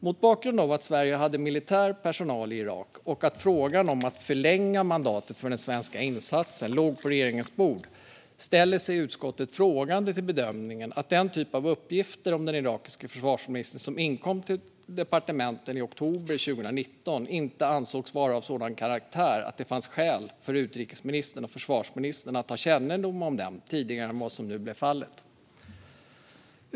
Mot bakgrund av att Sverige hade militär personal i Irak och att frågan om att förlänga mandatet för den svenska insatsen låg på regeringens bord ställer sig utskottet frågande till bedömningen att den typ av uppgifter om den irakiske försvarsministern som inkom till departementen i oktober 2019 inte var av sådan karaktär att det fanns skäl för utrikesministern och försvarsministern att ha kännedom om dem tidigare än vad som nu blev fallet.